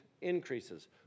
increases